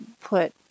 put